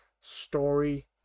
story